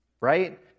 right